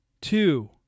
Two